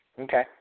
Okay